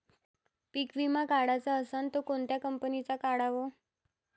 पीक विमा काढाचा असन त कोनत्या कंपनीचा काढाव?